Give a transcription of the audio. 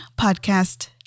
podcast